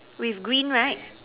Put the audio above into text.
with green right